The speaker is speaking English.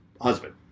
husband